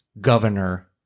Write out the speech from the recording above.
governor